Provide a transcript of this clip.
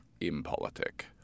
impolitic